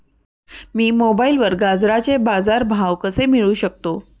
मी मोबाईलवर गाजराचे बाजार भाव कसे मिळवू शकतो?